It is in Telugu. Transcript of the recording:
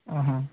ఆహా